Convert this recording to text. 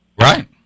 right